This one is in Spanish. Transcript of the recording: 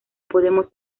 podemos